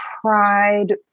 pride